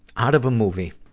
out of a movie.